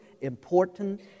important